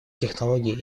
технологии